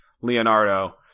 Leonardo